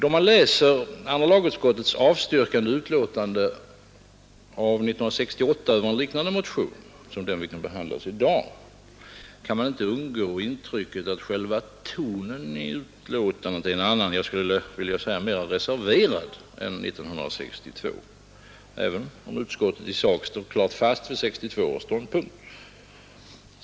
Då man läser andra lagutskottets avstyrkande utlåtande av 1968 över en motion liknande den vi behandlar i dag kan man inte undgå intrycket att själva tonen i utlåtandet är en annan — jag skulle vilja säga mer reserverad — än 1962, även om utskottet i sak stod klart fast vid 1962 års ståndpunkt.